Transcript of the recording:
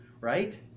right